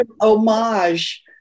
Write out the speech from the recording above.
homage